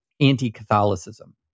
anti-Catholicism